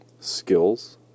skills